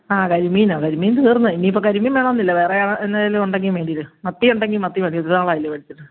ആ കരിമീനോ കരിമീൻ തീർന്ന് ഇനി ഇപ്പോൾ വേണമെന്നില്ല വേറെ എന്തെങ്കിലും ഉണ്ടെങ്കിൽ മേടിര് മത്തി ഉണ്ടെങ്കിൽ മത്തി മേടിര് കുറെ നാളായില്ലേ മേടിച്ചിട്ട്